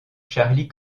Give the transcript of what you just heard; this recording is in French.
charlie